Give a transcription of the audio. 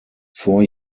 four